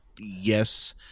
Yes